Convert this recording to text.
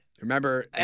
Remember